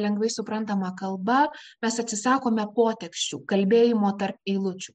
lengvai suprantama kalba mes atsisakome poteksčių kalbėjimo tarp eilučių